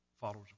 followers